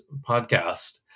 podcast